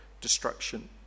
destruction